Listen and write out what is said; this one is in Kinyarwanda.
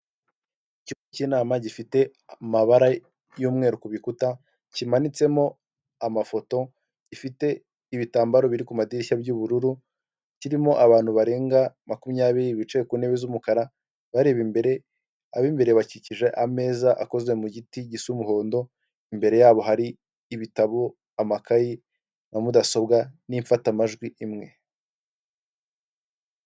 Icyumba cy'inama gifite amabara y'umweru ku rukuta cyimanitsemo amafoto, gifite ibitambaro biri kumadirishya by'ubururu cyirimo abantu barenga makumyabiri bicaye ku ntebe z'umukara bareba imbere, ab'imbere bakikije ameza akoze mu giti gisa umuhondo imbere yabo hari ibitabo, amakayi na mudasobwa n'imfatamajwi imwe.